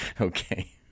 Okay